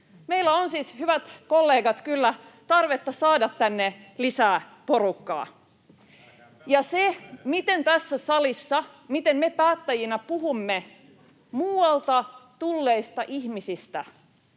Meillä on siis, hyvät kollegat, kyllä tarvetta saada tänne lisää porukkaa, ja se, miten tässä salissa ja miten me päättäjinä puhumme muualta tulleista ihmisistä